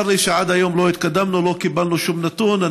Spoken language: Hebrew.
צר לי שעד היום לא התקדמנו ולא קיבלנו שום נתון.